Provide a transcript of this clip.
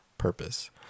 purpose